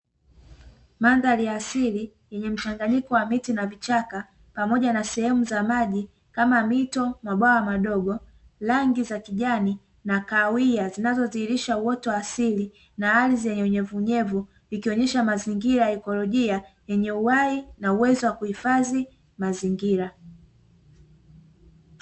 Mandhari ya asili yenye mchanganyiko wa miti na vichaka pamoja na sehemu za maji kama mito, mabwawa madogo rangi za kijani na kawia zinazodhihirisha uoto wa asili na ardhi yenye unyevunyevu ikionyesha mazingira ya ikolojia yenye uhai na uwezo wa kuhifadhi mazingira.